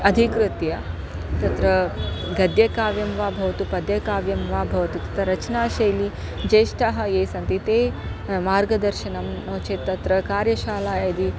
अधिकृत्य तत्र गद्यकाव्यं वा भवतु पद्यकाव्यं वा भवतु तत्र रचनाशैली ज्येष्टाः ये सन्ति ते मार्गदर्शनं नो चेत् तत्र कार्यशाला यदि